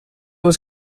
was